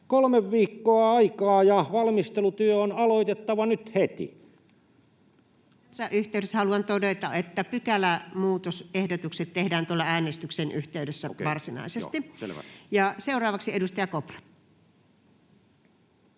Kolme viikkoa aikaa, ja valmistelutyö on aloitettava nyt heti. Tässä yhteydessä haluan todeta, että pykälämuutosehdotukset tehdään tuolla äänestyksen yhteydessä varsinaisesti. [Janne Sankelo: